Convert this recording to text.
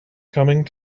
coming